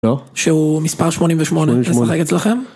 לא? שהוא מספר שמונים ושמונה. שמונים ושמונה. אני אשחק אצלכם